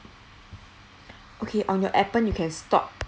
okay on your Appen you can stop